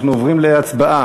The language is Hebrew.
אנחנו עוברים להצבעה.